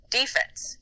defense